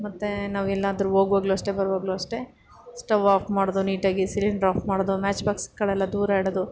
ಮತ್ತು ನಾವೆಲ್ಲಾದ್ರೂ ಹೋಗ್ವಾಗ್ಲೂ ಅಷ್ಟೇ ಬರುವಾಗ್ಲೂ ಅಷ್ಟೆ ಸ್ಟವ್ ಆಫ್ ಮಾಡಿದ್ವು ನೀಟಾಗಿ ಸಿಲಿಂಡ್ರ್ ಆಫ್ ಮಾಡಿದ್ವು ಮ್ಯಾಚ್ ಬಾಕ್ಸ್ಗಳೆಲ್ಲ ದೂರ ಇಡೋದು